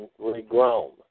regrown